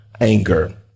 anger